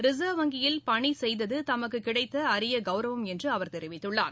reserve வங்கியில் பணி செய்தது தமக்கு கிடைத்த அரிய கௌரவம் என்று அவர் தெரிவித்துள்ளார்